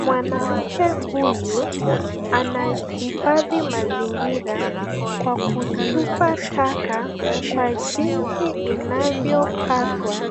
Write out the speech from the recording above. Mwanamke huyu anahifadhi mazingira kwa kutupa taka kwa jinsi inavyopaswa